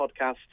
podcast